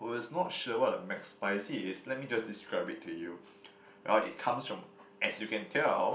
oh it's not sure what a McSpicy is let me just describe it to you well it comes from as you can tell